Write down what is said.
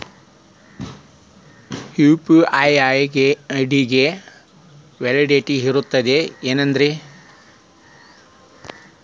UPI ID ಗೆ validity ಇರತದ ಏನ್ರಿ?